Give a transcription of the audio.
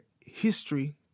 history